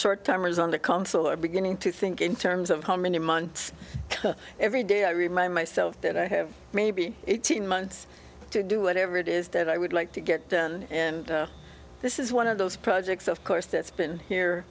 short timer is on the council are beginning to think in terms of how many months every day i remind myself that i have maybe eighteen months to do whatever it is that i would like to get done and this is one of those projects of course that's been here